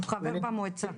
הוא חבר במועצה.